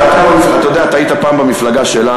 אתה יודע, אתה יודע, אתה היית פעם במפלגה שלנו.